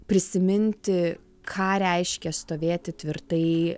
prisiminti ką reiškia stovėti tvirtai